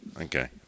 Okay